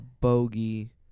Bogey